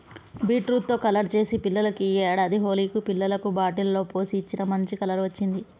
beetroot తో colour చేసి పిల్లలకు ఈ ఏడాది హోలికి పిల్లలకు బాటిల్ లో పోసి ఇచ్చిన, మంచి కలర్ వచ్చింది